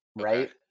right